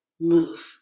Move